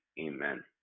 Amen